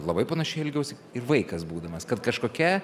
labai panašiai elgiausi ir vaikas būdamas kad kažkokia